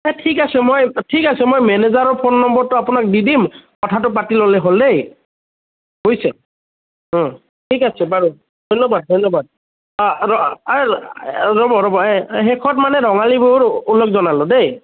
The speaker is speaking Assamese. ঠিক আছে মই ঠিক আছে মই মেনেজাৰৰ ফোন নম্বৰটো আপোনাক দি দিম কথাতো পাতি ল'লে হ'ল দেই বুজিছে ঠিক আছে বাৰু ধন্যবাদ ধন্যবাদ ৰ'ব ৰ'ব এই শেষত মানে ৰঙালী বিহুৰ ওলগ জনালোঁ দেই